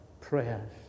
prayers